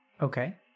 Okay